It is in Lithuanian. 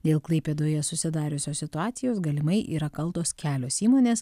dėl klaipėdoje susidariusios situacijos galimai yra kaltos kelios įmonės